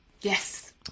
Yes